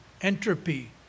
Entropy